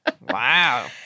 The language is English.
Wow